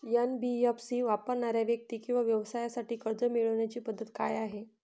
NBFC वापरणाऱ्या व्यक्ती किंवा व्यवसायांसाठी कर्ज मिळविण्याची पद्धत काय आहे?